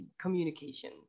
communication